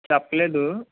చెప్పలేదు